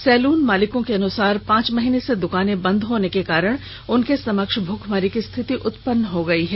salon मालिकों के अनुसार पांच महीने से दुकाने बंद होने के कारण उनके समक्ष भूखमरी की स्थिति उत्पन्न हो गयी है